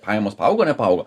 pajamos paaugo nepaaugo